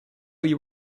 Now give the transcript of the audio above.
you